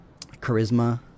charisma